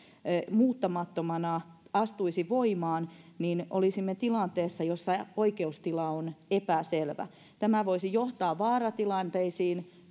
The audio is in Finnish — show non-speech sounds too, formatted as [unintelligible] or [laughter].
muuttamattomana astuisi voimaan niin olisimme tilanteessa jossa oikeustila on epäselvä tämä voisi johtaa vaaratilanteisiin [unintelligible]